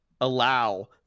allow